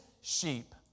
sheep